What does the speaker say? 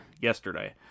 yesterday